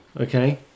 okay